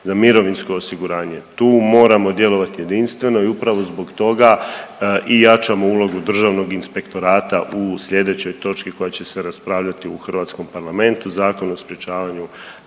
kao i HZMO. Tu moramo djelovati jedinstveno i upravo zbog toga i jačamo ulogu državnog inspektorata u slijedećoj točki koja će se raspravljati u hrvatskom parlamentu Zakon o sprječavanju